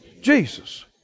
Jesus